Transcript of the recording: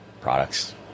products